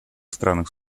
странах